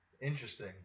interesting